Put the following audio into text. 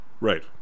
Right